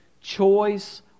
choice